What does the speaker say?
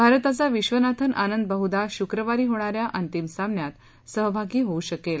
भारताचा विश्वनाथन आनंद बहुदा शुक्रवारी होणाऱ्या अंतिम सामन्यांत सहभागी होऊ शकले